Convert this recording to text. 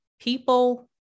people